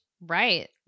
right